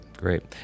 great